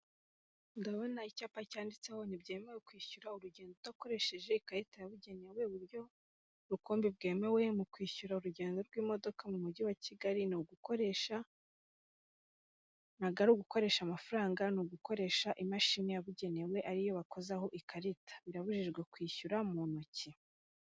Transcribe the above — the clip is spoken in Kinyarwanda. Ndabona icyapa cyanditseho ntibyemewe kwishyura urugendo udakoresheje ikarita yabugenewe uburyo rukumbi bwemewe mu kwishyura urugendo rw'imodoka mu mujyi wa Kigali nta ari ugukoresha amafaranga ni ugukoresha imashini yabugenewe ariyo wakozaho ikarita birabujijwe kwishyura mu ntoki.